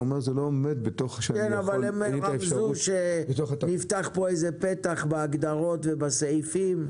הם רמזו שנפתח פה פתח בהגדרות ובסעיפים,